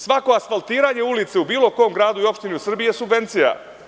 Svako asfaltiranje ulice u bilo kom gradu ili opštini u Srbiji je subvencija.